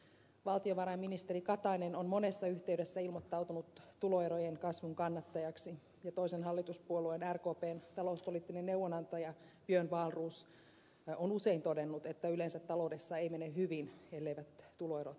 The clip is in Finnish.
valtiovarainministeri katainen on monessa yhteydessä ilmoittautunut tuloerojen kasvun kannattajaksi ja toisen hallituspuolueen rkpn talouspoliittinen neuvonantaja björn wahlroos on usein todennut että yleensä taloudessa ei mene hyvin elleivät tuloerot kasva